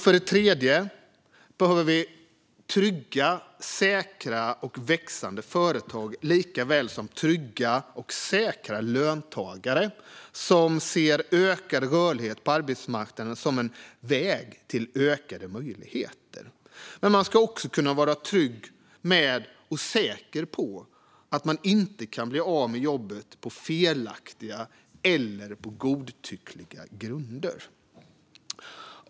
För det tredje behöver vi trygga, säkra och växande företag lika väl som trygga och säkra löntagare som ser ökad rörlighet på arbetsmarknaden som en väg till ökade möjligheter. Men man ska också kunna vara trygg med och säker på att man inte kan bli av med jobbet på felaktiga eller godtyckliga grunder.